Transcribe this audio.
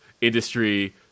industry